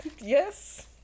yes